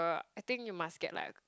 I think you must get like